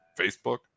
Facebook